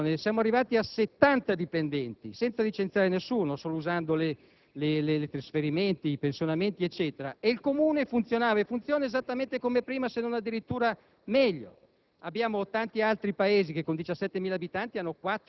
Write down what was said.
dopo tre o quattro anni di nostra amministrazione, siamo arrivati a 70 dipendenti, senza licenziare nessuno, ma solo usando i trasferimenti, i pensionamenti, eccetera. Il Comune funzionava e funziona esattamente come prima, se non addirittura meglio.